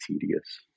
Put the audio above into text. tedious